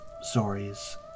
stories